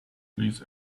please